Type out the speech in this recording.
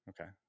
Okay